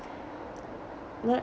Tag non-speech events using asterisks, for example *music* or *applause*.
*noise* not